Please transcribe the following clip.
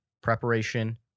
Preparation